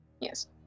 Yes